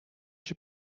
cię